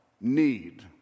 need